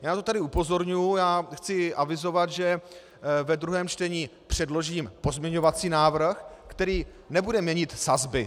Já na to tady upozorňuji, chci avizovat, že ve druhém čtení předložím pozměňovací návrh, který nebude měnit sazby.